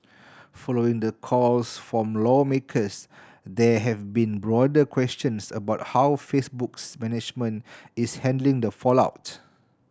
following the calls from lawmakers there have been broader questions about how Facebook's management is handling the fallout